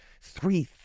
three